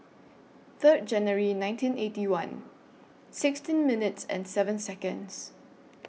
Third January nineteen Eighty One sixteen minutes and seven Seconds